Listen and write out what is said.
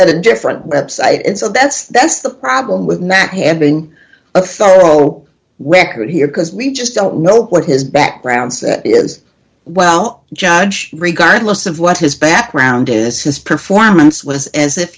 a different website and so that's that's the problem with not having a thorough record here because we just don't know what his background set is well judge regardless of what his background is his performance was as if